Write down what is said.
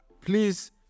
please